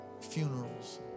Funerals